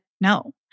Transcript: no